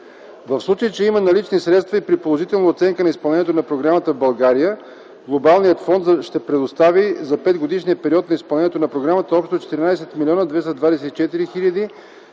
В случай, че има налични средства и при положителна оценка на изпълнението на програмата в България, Глобалният фонд ще предостави за петгодишния период на изпълнение на програмата общо 14 млн. 224 хил.